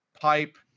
pipe